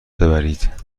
ببرید